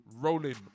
rolling